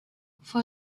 for